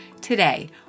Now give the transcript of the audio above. Today